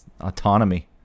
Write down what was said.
autonomy